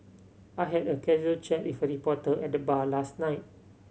I had a casual chat with a reporter at the bar last night